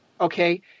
Okay